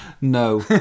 No